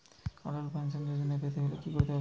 অটল pension Yojana পেতে হলে কি করতে হবে?